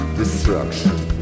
Destruction